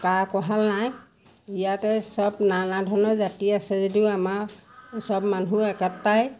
কা কোহাল নাই ইয়াতে সব নানা ধৰণৰ জাতি আছে যদিও আমাৰ সব মানুহ একতাৰে